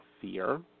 fear